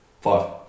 five